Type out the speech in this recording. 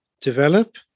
develop